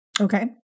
Okay